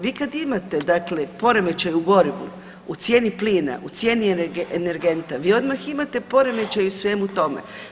Vi kad imate poremećaj u gorivu u cijeni plina u cijeni energenta vi odmah imate poremećaj u svemu tome.